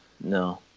no